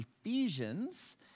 Ephesians